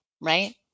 Right